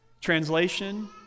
Translation